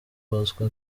bosco